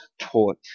taught